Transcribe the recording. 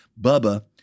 Bubba